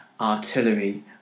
artillery